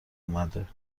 اومده